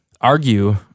argue